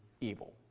evil